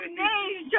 names